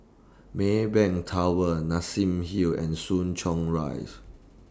Maybank Tower Nassim Hill and Soo Chow Rise